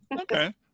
Okay